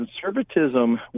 conservatism